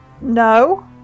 No